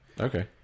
Okay